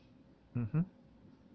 mmhmm